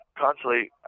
constantly